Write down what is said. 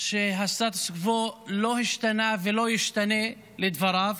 שהסטטוס קוו לא השתנה ולא ישתנה, לדבריו.